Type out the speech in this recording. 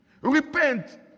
Repent